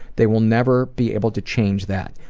they will never be able to change that.